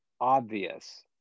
obvious